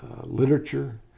literature